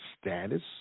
status